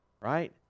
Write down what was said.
Right